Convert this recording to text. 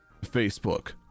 Facebook